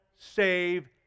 save